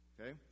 Okay